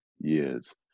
years